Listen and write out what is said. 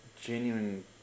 genuine